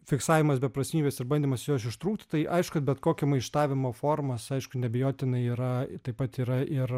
fiksavimas beprasmybės ir bandymas iš jos ištrūkti tai aišku kad bet kokio maištavimo formos aišku neabejotinai yra taip pat yra ir